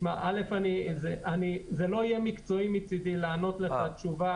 זה לא יהיה מקצועי מצדי לענות לך תשובה